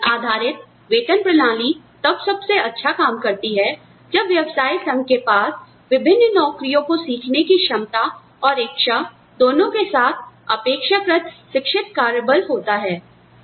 व्यक्तिगत आधारित वेतन प्रणाली तब सबसे अच्छा काम करती है जब व्यवसाय संघ के पास विभिन्न नौकरियों को सीखने की क्षमता और इच्छा दोनों के साथअपेक्षाकृत शिक्षित कार्यबल होता है